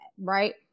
right